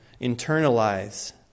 internalize